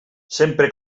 sempre